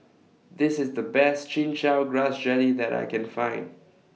This IS The Best Chin Chow Grass Jelly that I Can Find